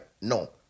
No